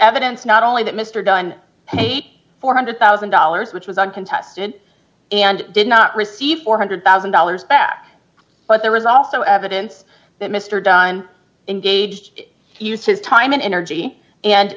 evidence not only that mr dunn paid four hundred thousand dollars which was uncontested and did not receive four hundred thousand dollars back but there was also evidence that mr dunne engaged his time and energy and